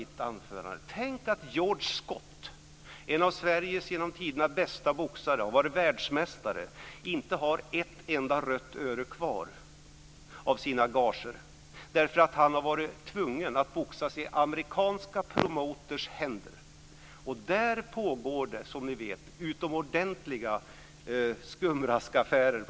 Tänk att George Scott, en av Sveriges genom tiderna bästa boxare - han har varit världsmästare - inte har ett rött öre kvar av sina gager! Han har som boxare nämligen tvingats vara i amerikanska promotorers händer. Där borta pågår på vissa håll, som ni vet, utomordentliga skumraskaffärer.